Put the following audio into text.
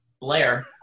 Blair